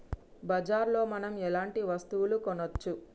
బజార్ లో మనం ఎలాంటి వస్తువులు కొనచ్చు?